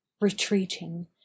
retreating